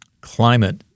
climate